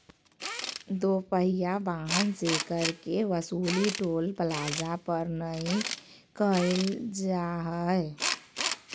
दो पहिया वाहन से कर के वसूली टोल प्लाजा पर नय कईल जा हइ